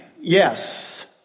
Yes